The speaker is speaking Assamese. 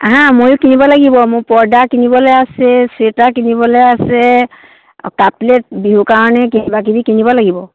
আহা মইও কিনিব লাগিব মোৰ পৰ্দা কিনিবলৈ আছে চুৱেটাৰ কিনিবলৈ আছে কাপ প্লে'ট বিহু কাৰণে কিবা কিবি কিনিব লাগিব